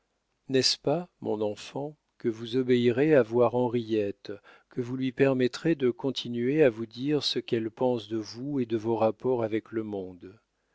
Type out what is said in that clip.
n'est-ce pas mon enfant que vous obéirez à votre henriette que vous lui permettrez de continuer à vous dire ce qu'elle pense de vous et de vos rapports avec le monde